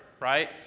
right